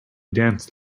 danced